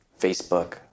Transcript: Facebook